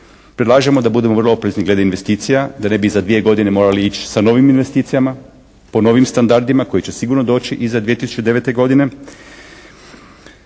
Predlažemo da budemo vrlo oprezni glede investicija da ne bi za dvije godine morali ići sa novim investicijama, po novim standardima koji će sigurno doći iza 2009. godine,